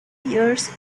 years